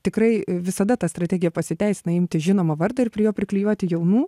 tikrai visada ta strategija pasiteisina imti žinomą vardą ir prie jo priklijuoti jaunų